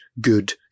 good